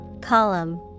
Column